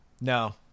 No